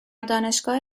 دانشگاه